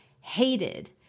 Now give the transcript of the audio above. hated